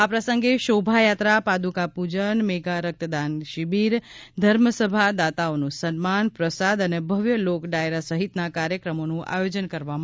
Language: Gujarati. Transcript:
આ પ્રસંગે શોભાયાત્રા પાદુકા પૂજન મેગા રક્તદાન શિબિર ધર્મસભા દાતાઓનું સન્માન પ્રસાદ અને ભવ્ય લોકડાયરો સહિતના કાર્યક્રમોનું આયોજન કરવામાં આવ્યું છે